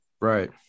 Right